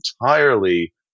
entirely